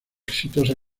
exitosa